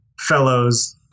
Fellows